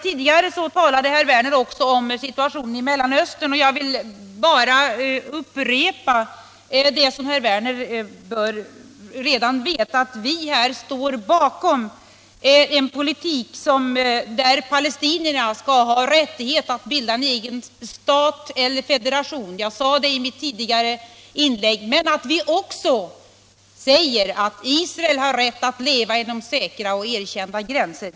Tidigare talade herr Werner också om situationen i Mellanöstern. Jag vill bara upprepa det som herr Werner redan bör veta, nämligen att vi står bakom en politik enligt vilken palestinierna skall ha rättighet att bilda en egen stat eller federation. Jag sade det i mitt tidigare anförande. Men vi säger också att Israel har rätt att leva inom säkra och erkända gränser.